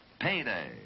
Payday